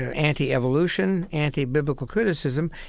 ah anti-evolution, anti-biblical criticism,